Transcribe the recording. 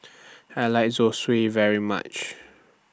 I like Zosui very much